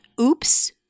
Oops